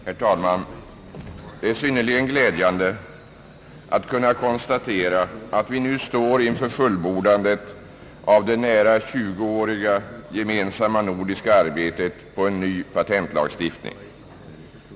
Herr talman! Det är synnerligen glädjande att kunna konstatera att vi nu står inför fullbordandet av det nära 20-åriga gemensamma nordiska arbetet på en ny patentlagstiftning.